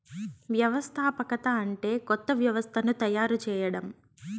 వ్యవస్థాపకత అంటే కొత్త వ్యవస్థను తయారు చేయడం